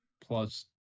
plus